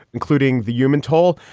including the human toll.